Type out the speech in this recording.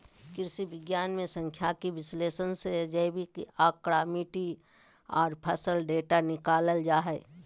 कृषि विज्ञान मे सांख्यिकीय विश्लेषण से जैविक आंकड़ा, मिट्टी आर फसल डेटा निकालल जा हय